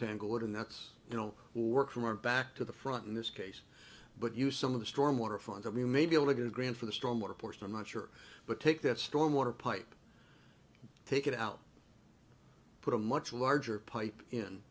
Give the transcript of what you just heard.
tanglewood and that's you know work from our back to the front in this case but use some of the storm water front of you may be able to get a grant for the storm water portion i'm not sure but take that storm water pipe take it out put a much larger pipe in